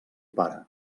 pare